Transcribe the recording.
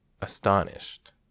astonished